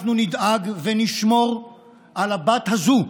אנחנו נדאג ונשמור על הבת הזאת,